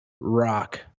rock